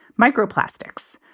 microplastics